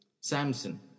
Samson